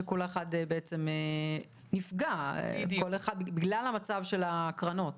שכל אחד נפגע בגלל מצב הקרנות.